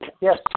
yes